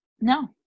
no